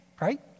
right